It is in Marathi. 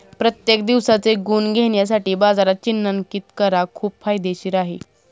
प्रत्येक दिवसाचे गुण घेण्यासाठी बाजारात चिन्हांकित करा खूप फायदेशीर आहे